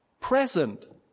present